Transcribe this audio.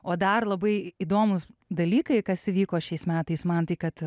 o dar labai įdomūs dalykai kas įvyko šiais metais man tai kad